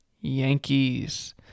Yankees